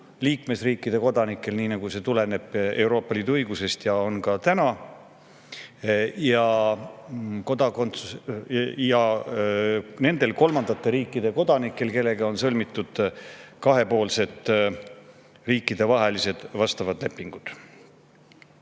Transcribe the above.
liikmesriikide kodanikel, nii nagu see tuleneb Euroopa Liidu õigusest ja nagu see on ka täna, ning nende kolmandate riikide kodanikel, kellega on sõlmitud kahepoolsed riikidevahelised vastavad lepingud.